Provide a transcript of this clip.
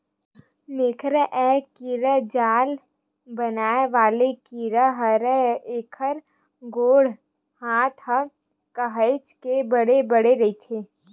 मेकरा ए कीरा जाल बनाय वाले कीरा हरय, एखर गोड़ हात ह काहेच के बड़े बड़े रहिथे